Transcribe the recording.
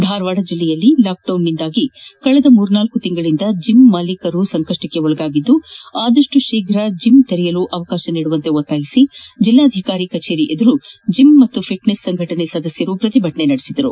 ಧಾರವಾಡ ಜಿಲ್ಲೆಯಲ್ಲಿ ಲಾಕ್ಡೌನ್ನಿಂದಾಗಿ ಕಳೆದ ಮೂರ್ನಾಲ್ನು ತಿಂಗಳಿನಿಂದ ಜಿಮ್ ಮಾಲೀಕರು ಸಂಕಷ್ಷಕ್ಕೆ ಒಳಗಾಗಿದ್ದು ಆದಪ್ಪು ಶೀಘ್ರ ಜಮ್ ತೆರೆಯಲು ಅವಕಾಶ ನೀಡುವಂತೆ ಒತ್ತಾಯಿಸಿ ಜಿಲ್ಲಾಧಿಕಾರಿ ಕಜೇರಿ ಎದುರು ಜಿಮ್ ಮತ್ತು ಫಿಟ್ನೆಸ್ ಸಂಘಟನೆ ಸದಸ್ಯರು ಪ್ರತಿಭಟನೆ ನಡೆಸಿದರು